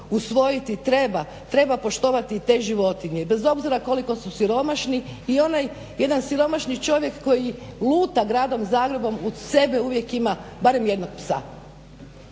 usvojiti. Treba, treba poštovati i te životinje. I bez obzira koliko su siromašni i onaj jedan siromašni čovjek koji luta gradom Zagrebom uz sebe uvijek ima barem jednog psa.